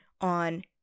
on